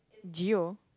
Joe